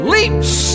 Leaps